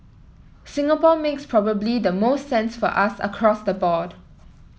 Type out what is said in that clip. Singapore makes probably the most sense for us across the board